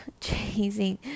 chasing